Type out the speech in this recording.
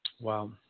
Wow